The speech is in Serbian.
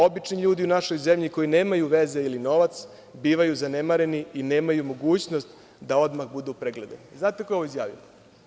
Obični ljudi u našoj zemlji koji nemaju veze ili novac bivaju zanemareni i nemaju mogućnost da odmah budu pregledani.“ Znate ko je ovo izjavio?